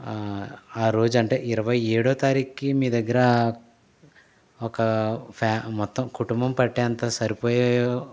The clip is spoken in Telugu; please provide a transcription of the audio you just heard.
ఆ రోజు అంటే ఇరవై ఏడో తారీకుకి మీ దగ్గర ఒక ఫ్యామ్ మొత్తం కుటుంబం పట్టేంత సరిపోయే